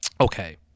Okay